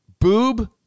boob